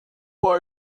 ein